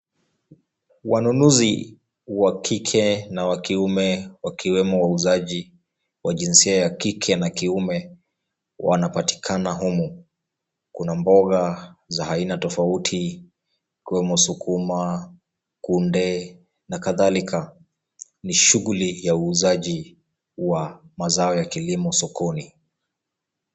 Wanunuzi wa kike na wa kiume wakiwemo wauzaji wa jinsia ya kike na kiume wanapatikana humu. Kuna mboga za aina tofauti ikiwemo sukuma, kunde na kadhalika. Ni shughuli ya uuzaji wa mazao ya kilimo sokoni.